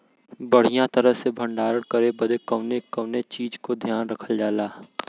बढ़ियां तरह से भण्डारण करे बदे कवने कवने चीज़ को ध्यान रखल जा?